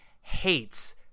hates